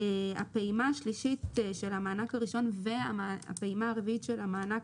הפעימה השלישית של המענק הראשון והפעימה הרביעית של המענק